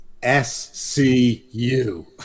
S-C-U